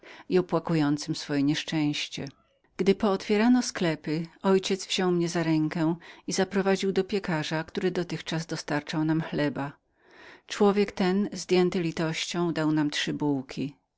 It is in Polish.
i opłakującym swoje nieszczęście gdy pootwierano sklepy mój ojciec wziął mnie za rękę i zaprowadził do piekarza który dotychczas dostarczał nam chleba człowiek ten zdjęty litością dał nam trzy bułki